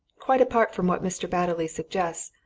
quite apart from what mr. batterley suggests,